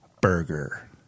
Burger